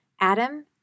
Adam